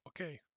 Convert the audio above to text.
okay